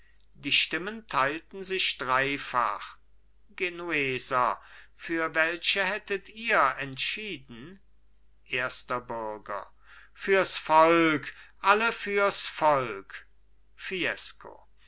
die stimmen teilten sich dreifach genueser für welche hättet ihr entschieden erster bürger fürs volk alle fürs volk fiesco